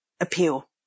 appeal